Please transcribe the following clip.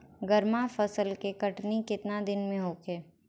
गर्मा फसल के कटनी केतना दिन में होखे?